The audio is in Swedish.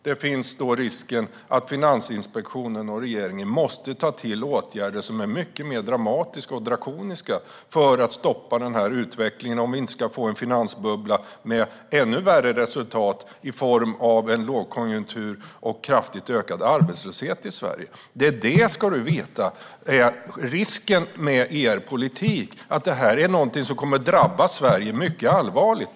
Då finns risken att Finansinspektionen och regeringen måste ta till åtgärder som är mycket mer dramatiska och drakoniska för att stoppa utvecklingen - om vi inte ska få en finansbubbla med ännu värre resultat i form av en lågkonjunktur och kraftigt ökad arbetslöshet i Sverige. Du ska veta att risken med er politik är att det här kommer att drabba Sverige mycket allvarligt.